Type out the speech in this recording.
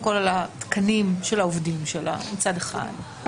כול על התקנים של העובדים שלה מצד אחד,